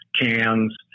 cans